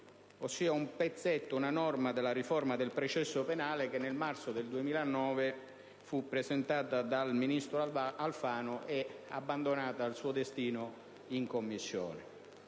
ossia una norma della riforma del processo penale che nel marzo del 2009 fu presentata dal ministro Alfano e abbandonata al suo destino in Commissione.